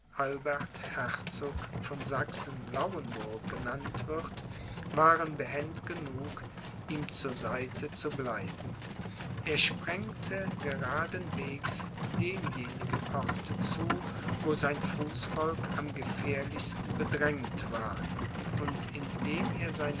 von sachsen lauenburg genannt wird waren behend genug ihm zur seite zu bleiben er sprengte geraden wegs demjenigen orte zu wo sein fußvolk am gefährlichsten bedrängt war und indem er seine